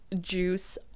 juice